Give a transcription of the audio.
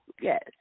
Yes